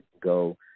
go